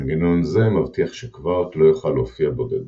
מנגנון זה מבטיח שקווארק לא יוכל להופיע בודד.